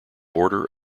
border